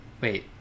wait